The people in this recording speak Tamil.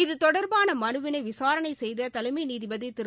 இத்தொடர்பான மனுவினை விசாரணை செய்த தலைமை நீதிபதி திரு